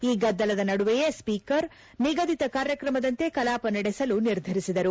ಈ ಗದ್ದಲದ ನಡುವೆಯೇ ಸ್ವೀಕರ್ ನಿಗದಿತ ಕಾರ್ಯಕ್ರಮದಂತೆ ಕಲಾಪ ನಡೆಸಲು ನಿರ್ಧರಿಸಿದರು